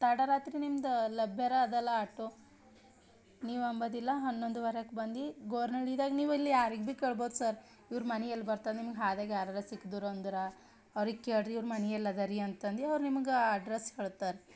ತಡ ರಾತ್ರಿ ನಿಮ್ದು ಲಭ್ಯಾರ ಅದಲ್ಲ ಆಟೋ ನೀವು ಅಂಬೋದಿಲ್ಲ ಹನ್ನೊಂದುವರೆಗೆ ಬಂದು ಗೋರ್ನಳ್ಳಿದಾಗ ನೀವಿಲ್ಲಿ ಯಾರಿಗೆ ಭೀ ಕೇಳ್ಬೋದು ಸರ್ ಇವರ ಮನೆ ಎಲ್ಲಿ ಬರ್ತದೆ ನಿಮ್ಗೆ ಹಾದೇಗ ಯಾರಾರು ಸಿಕ್ದೂರು ಅಂದ್ರೆ ಅವ್ರಿಗೆ ಕೇಳಿರಿ ಇವರ ಮನೆ ಎಲ್ಲಿ ಅದರೀ ಅಂತಂದು ಅವ್ರು ನಿಮ್ಗೆ ಅಡ್ರೆಸ್ ಹೇಳ್ತಾರೆ